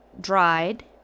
dried